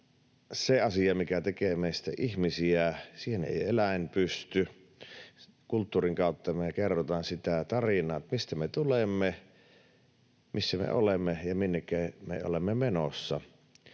se asia, mikä tekee meistä ihmisiä. Siihen ei eläin pysty. Kulttuurin kautta me kerrotaan sitä tarinaa, mistä me tulemme, missä me olemme ja minnekä me olemme menossa.